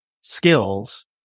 skills